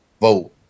vote